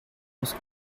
was